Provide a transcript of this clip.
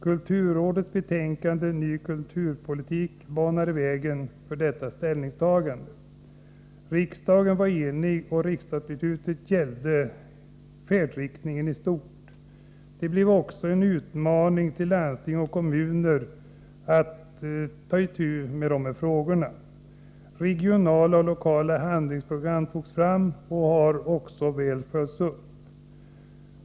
Kulturrådets betänkande Ny kulturpolitik banade vägen för detta ställningstagande. Riksdagen var enig, riksdagsbeslutet gällde färdriktningen istort. Det blev också en utmaning till landsting och kommuner att ta itu med dessa frågor. Regionala och lokala handlingsprogram togs fram och har väl följts upp.